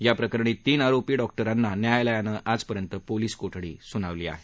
याप्रकरणी तीन आरोपी डॉक्टरांना न्यायालयानं आजपर्यंत पोलीस कोठडी दिली आहे